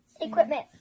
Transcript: Equipment